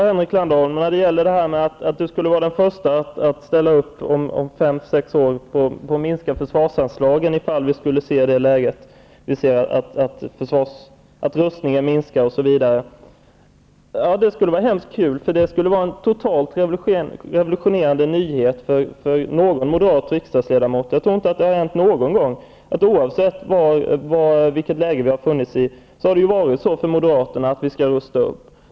Herr talman! Henrik Landerholm säger att han skulle vara den förste att om fem eller sex år ställa upp på att minska försvarsanslagen, ifall vi skulle se att rustningen minskar osv. Det skulle vara hemskt kul. Det skulle nämligen vara en totalt revolutionerande nyhet bland moderata riksdagsledamöter. Jag tror inte att det har hänt någon gång. Oavsett vilket läge vi har befunnit oss i har Moderaterna sagt att vi skall rusta upp.